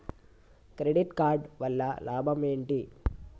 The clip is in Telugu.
క్రెడిట్ కార్డు వల్ల లాభం ఏంటి?